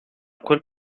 quel